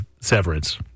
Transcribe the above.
Severance